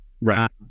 Right